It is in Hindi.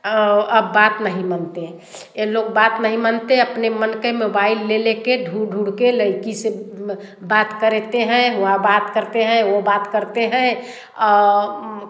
अब बात नहीं मनते ए लोग बात नहीं मनते अपने मन के मोबाइल लेले के ढूँढ ढूँढके लड़की से म बात करेते हैं ओ वाँ बात करते हैं वो बात करते हैं